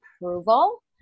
approval